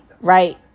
right